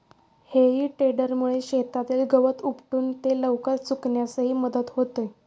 हेई टेडरमुळे शेतातील गवत उपटून ते लवकर सुकण्यासही मदत होते